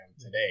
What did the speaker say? today